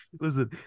Listen